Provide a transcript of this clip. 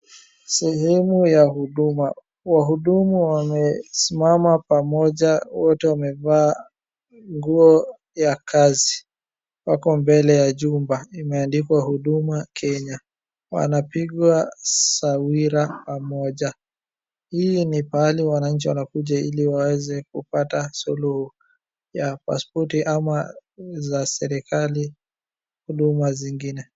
Sehehemu ya huduma. Wahudumu wamesimama pamoja wote wamevaa nguo ya kazi. Wako mbele ya juba imeandikwa Huduma Kenya. Wanapigwa sawira pamoja. Hii ni pahali wananchi wanakuja ili waweze kupata suluhu ya pasipoti ama za serikali huduma zingine.